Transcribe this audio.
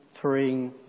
three